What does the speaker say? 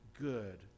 good